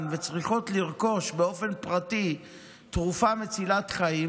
וצריכות לרכוש באופן פרטי תרופה מצילת חיים,